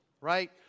right